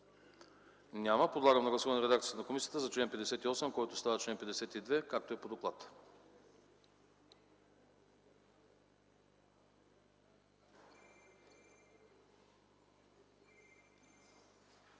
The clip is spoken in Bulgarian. Няма. Подлагам на гласуване редакцията на комисията за чл. 59, който става чл. 53, както е по доклада.